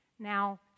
Now